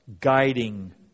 guiding